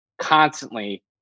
constantly